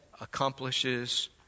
accomplishes